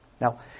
Now